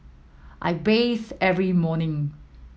I bathe every morning